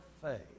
faith